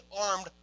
armed